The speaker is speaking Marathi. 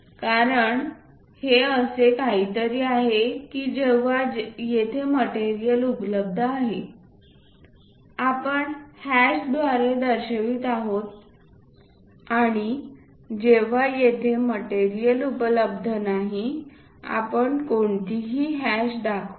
कारण हे असे काहीतरी आहे की जेव्हा येथे मटेरियल उपलब्ध आहे आपण हॅशद्वारे दर्शवित आहोत आणि जेव्हा तेथे मटेरियल उपलब्ध नाही आपण कोणतीही हॅश दाखवत नाही